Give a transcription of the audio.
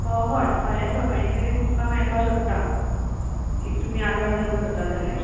हय फाल्यां सकाळीं मेरेन तुमकां मेळपा शकता इफ तुमी आतां डन करता जाल्यार